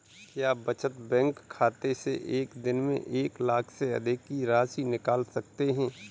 क्या बचत बैंक खाते से एक दिन में एक लाख से अधिक की राशि निकाल सकते हैं?